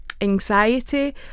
anxiety